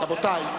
רבותי,